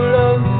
love